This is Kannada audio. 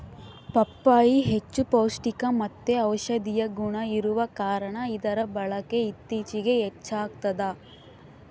ಪಪ್ಪಾಯಿ ಹೆಚ್ಚು ಪೌಷ್ಟಿಕಮತ್ತೆ ಔಷದಿಯ ಗುಣ ಇರುವ ಕಾರಣ ಇದರ ಬಳಕೆ ಇತ್ತೀಚಿಗೆ ಹೆಚ್ಚಾಗ್ತದ